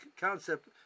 concept